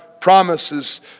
promises